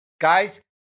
Guys